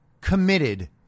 Committed